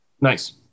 nice